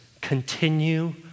Continue